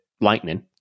lightning